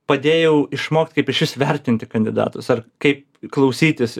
padėjau išmokt kaip išvis vertinti kandidatus ar kaip klausytis